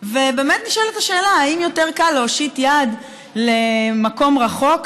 ובאמת נשאלת השאלה: האם יותר קל להושיט יד למקום רחוק,